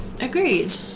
agreed